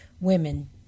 women